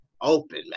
open